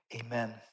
amen